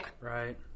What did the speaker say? Right